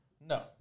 No